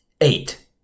Eight